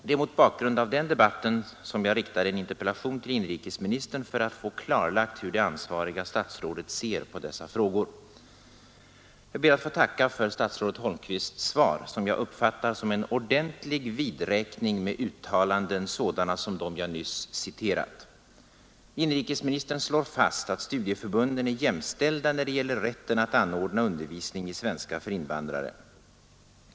Det är mot bakgrund av den debatten som jag riktade en interpellation till inrikesministern för att få klarlagt hur det ansvariga statsrådet ser på dessa frågor. Jag ber att få tacka för statsrådet Holmqvists svar, som jag uppfattar som en ordentlig vidräkning med uttalanden sådana som dem jag nyss citerat. Inrikesministern slår fast att studieförbunden är jämställda när det gäller rätten att anordna undervisning i svenska för invandrare.